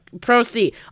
proceed